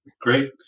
Great